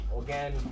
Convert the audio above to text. again